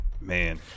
Man